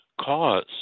cause